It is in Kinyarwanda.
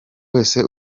wese